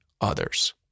others